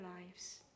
lives